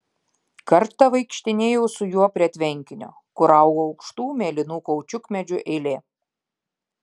kartą vaikštinėjau su juo prie tvenkinio kur augo aukštų mėlynų kaučiukmedžių eilė